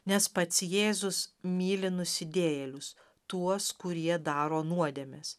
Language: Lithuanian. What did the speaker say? nes pats jėzus myli nusidėjėlius tuos kurie daro nuodėmes